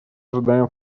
ожидаем